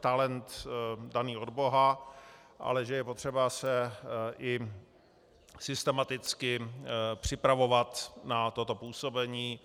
talent daný od boha, ale že je potřeba se i systematicky připravovat na toto působení,